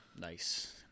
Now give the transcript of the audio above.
nice